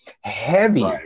heavy